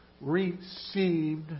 received